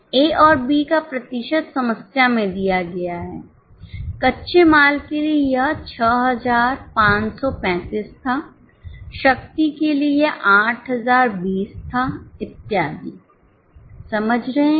ए और बी का प्रतिशत समस्या में दिया गया है कच्चे माल के लिए यह 6535 था शक्ति के लिए यह 8020 था इत्यादि समझ रहे हैं